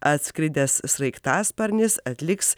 atskridęs sraigtasparnis atliks